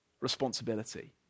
responsibility